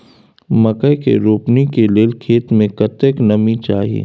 मकई के रोपनी के लेल खेत मे कतेक नमी चाही?